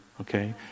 okay